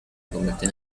convierten